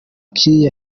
kiriya